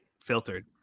filtered